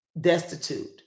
destitute